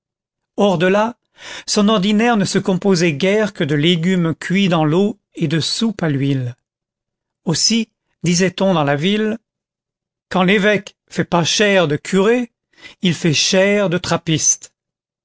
hors de là son ordinaire ne se composait guère que de légumes cuits dans l'eau et de soupe à l'huile aussi disait-on dans la ville quand l'évêque fait pas chère de curé il fait chère de trappiste